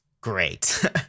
Great